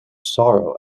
sorrow